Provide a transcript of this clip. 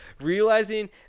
realizing